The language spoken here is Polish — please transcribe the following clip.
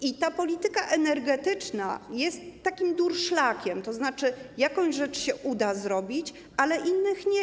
I ta polityka energetyczna jest takim durszlakiem, to znaczy, jakąś rzecz uda się zrobić, ale innych nie.